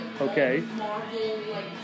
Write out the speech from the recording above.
okay